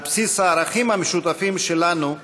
על בסיס הערכים המשותפים שלנו,